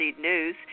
news